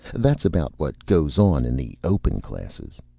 that's about what goes on in the open classes.